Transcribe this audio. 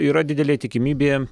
yra didelė tikimybė